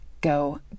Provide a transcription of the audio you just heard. go